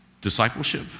Discipleship